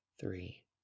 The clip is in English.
three